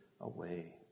away